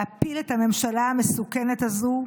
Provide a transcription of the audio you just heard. להפיל את הממשלה המסוכנת הזו,